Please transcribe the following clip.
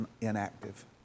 inactive